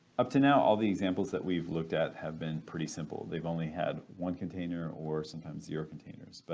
up to now all the examples that we've looked at have been pretty simple. they've only had one container or sometimes zero containers, but